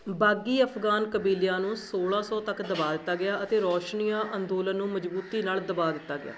ਬਾਗ਼ੀ ਅਫਗਾਨ ਕਬੀਲਿਆਂ ਨੂੰ ਸੌਲ੍ਹਾਂ ਸੌ ਤੱਕ ਦਬਾ ਦਿੱਤਾ ਗਿਆ ਅਤੇ ਰੋਸ਼ਨੀਆ ਅੰਦੋਲਨ ਨੂੰ ਮਜ਼ਬੂਤੀ ਨਾਲ ਦਬਾ ਦਿੱਤਾ ਗਿਆ